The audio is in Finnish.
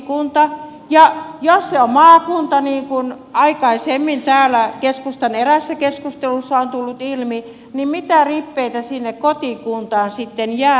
jos se on maakunta niin kuin aikaisemmin täällä keskustan eräässä keskustelussa on tullut ilmi niin mitä rippeitä sinne kotikuntaan sitten jää